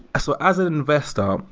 so as an investor,